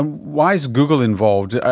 um why is google involved?